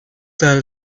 tell